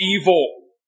evil